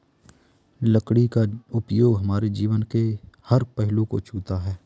लकड़ी का उपयोग हमारे जीवन के हर पहलू को छूता है